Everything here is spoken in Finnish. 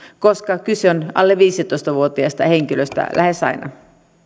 koska kyse on alle viisitoista vuotiaasta henkilöstä lähes aina